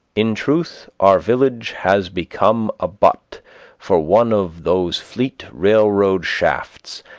in truth, our village has become a butt for one of those fleet railroad shafts,